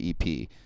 EP